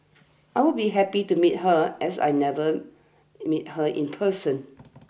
I will be happy to meet her as I've never meet her in person